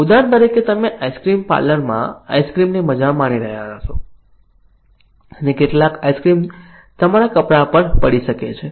ઉદાહરણ તરીકે તમે આઇસક્રીમ પાર્લરમાં આઇસક્રીમની મજા માણી રહ્યા હશો અને કેટલાક આઇસક્રીમ તમારા કપડા પર પડી શકે છે